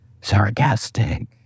sarcastic